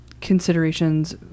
considerations